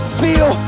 feel